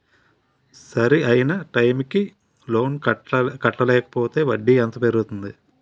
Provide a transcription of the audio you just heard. సరి అయినా టైం కి లోన్ కట్టకపోతే వడ్డీ ఎంత పెరుగుతుంది?